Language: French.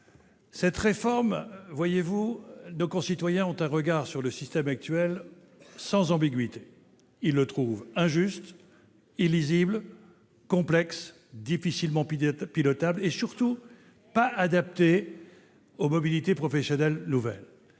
Le regard que portent nos concitoyens sur le système actuel est sans ambiguïté. Ils le trouvent injuste, illisible, complexe, difficilement pilotable et surtout inadapté aux mobilités professionnelles nouvelles.